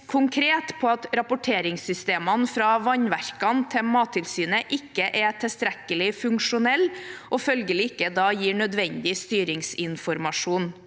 konkret på at rapporteringssystemene fra vannverkene til Mattilsynet ikke er tilstrekkelig funksjonelle og følgelig ikke gir nødvendig styringsinformasjon.